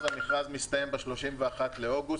לחזור ממדינות ירוקות ולטוס לירוקות,